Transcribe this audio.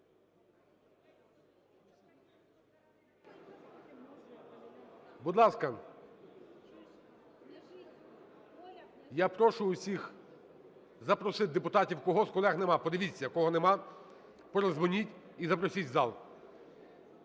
Будь ласка, я прошу усіх запросити депутатів, кого з колег немає, подивіться кого немає, передзвоніть і запросіть в зал.